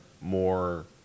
more